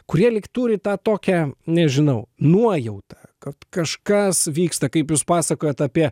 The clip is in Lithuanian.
kurie lyg turi tą tokią nežinau nuojautą kad kažkas vyksta kaip jūs pasakojot apie